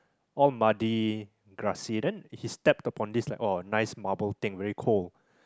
all muddy grassy then he stepped upon this like oh nice marble thing very cold